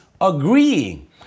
agreeing